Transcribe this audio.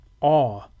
Awe